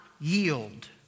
yield